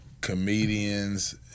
comedians